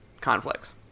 conflicts